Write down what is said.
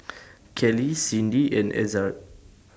Kelli Cindi and Ezzard